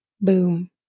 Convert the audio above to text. Boom